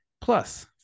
Plus